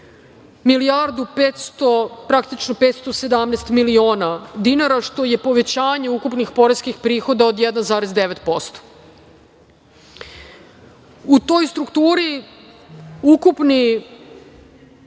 milijardu 517 miliona dinara, što je povećanje ukupnih poreskih prihoda od 1,9%. U toj strukturi ukupni